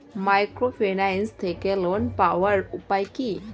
Microfinance থেকে ঋণ পাওয়ার উপায় কি?